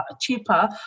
cheaper